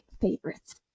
favorites